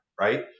right